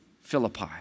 Philippi